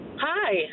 Hi